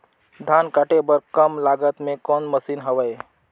धान काटे बर कम लागत मे कौन मशीन हवय?